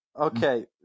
okay